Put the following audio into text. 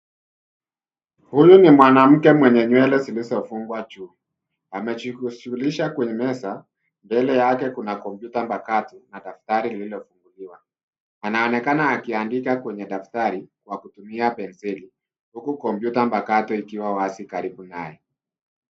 Huyu ni mwanamke mwenye nywele zilizofungwa juu. Amejishughulisha kwenye meza. Mbele yake kuna kompyuta mpakato na daftari lililofunguliwa. Anaonekana akiandika kwenye daftari kwa kutumia penseli huku kompyuta mpakato ikiwa wazi karibu naye.